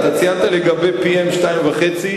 אתה ציינת לגביPM2.5 ,